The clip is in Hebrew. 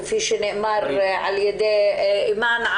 כפי שנאמר על ידי אימאן,